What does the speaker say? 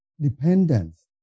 dependence